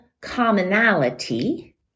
commonality